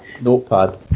notepad